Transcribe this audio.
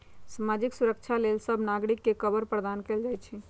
सामाजिक सुरक्षा लेल सभ नागरिक के कवर प्रदान कएल जाइ छइ